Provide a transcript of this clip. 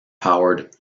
powered